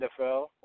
NFL